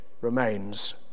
remains